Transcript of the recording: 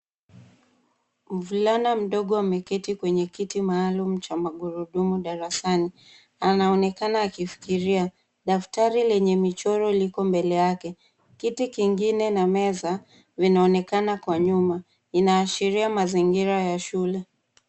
Mvulana mdogo ameketi kwenye kiti maalum cha magurudumu darasani. Anaonekana akifikiria. Daftari lenye michoro liko mbele yake. Kiti kingine na meza vinaonekana kwa nyuma. Inaashiria mazingira ya shule.